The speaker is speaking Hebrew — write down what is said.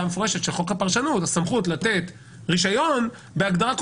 מפורשת של חוק הפרשנות: הסמכות לתת רישיון בהגדרה,